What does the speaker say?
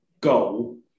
goal